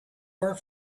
work